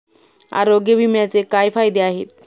आरोग्य विम्याचे काय फायदे आहेत?